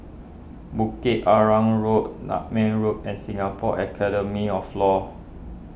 Bukit Arang Road Nutmeg Road and Singapore Academy of Law